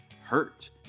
hurt